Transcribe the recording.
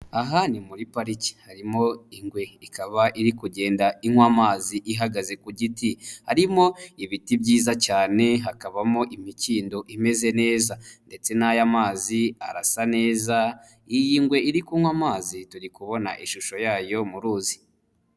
Aha ni muri pariki harimo ingwe ikaba iri kugenda inywa amazi ihagaze ku giti harimo ibiti byiza cyane, hakabamo imikindo imeze neza ndetse n'aya mazi arasa neza, iyi ngwe iri kunywa amazi turi kubona ishusho yayo mu ruzi.